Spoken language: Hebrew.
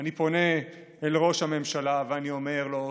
אני פונה אל ראש הממשלה ואני אומר לו תודה.